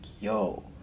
yo